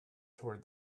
toward